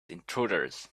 intruders